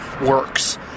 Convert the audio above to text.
works